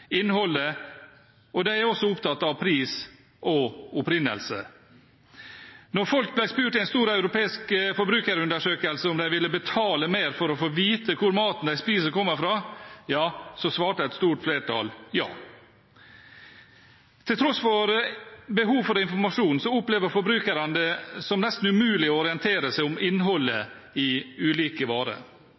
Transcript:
og de er også opptatt av pris og opprinnelsesland. Da folk ble spurt i en stor europeisk forbrukerundersøkelse om de ville betale mer for å få vite hvor maten de spiser, kommer fra, svarte et stort flertall ja. Til tross for behov for informasjon opplever forbrukerne det som nesten umulig å orientere seg om innholdet i ulike varer.